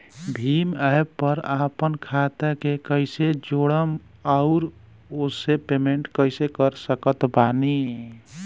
Bhim app पर आपन खाता के कईसे जोड़म आउर ओसे पेमेंट कईसे कर सकत बानी?